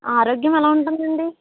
ఆరోగ్యం ఎలా ఉంటుందండి